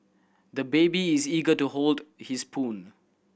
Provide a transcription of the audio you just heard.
the baby is eager to hold his spoon